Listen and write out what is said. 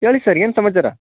ಹೇಳಿ ಸರ್ ಏನು ಸಮಾಚಾರ